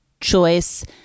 choice